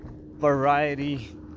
variety